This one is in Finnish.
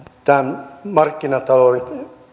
tämän markkinatalouden